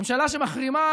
ממשלה שמחרימה